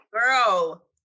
Girl